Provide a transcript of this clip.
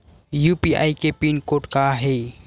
UPI के pin code का हे?